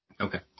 Okay